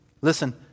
listen